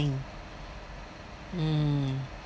mm